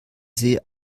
see